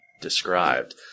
described